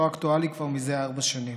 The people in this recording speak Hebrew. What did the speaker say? לא אקטואלי כבר ארבע שנים.